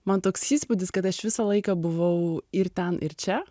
man toks įspūdis kad aš visą laiką buvau ir ten ir čia